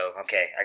Okay